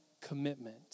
commitment